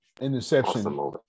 Interception